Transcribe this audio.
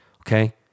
Okay